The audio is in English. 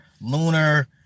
lunar